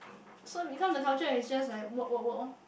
so become the culture it's just like work work work orh